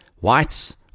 Whites